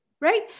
right